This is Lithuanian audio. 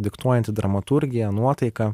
diktuojanti dramaturgiją nuotaiką